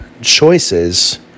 choices